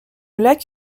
lac